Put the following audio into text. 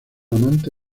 amante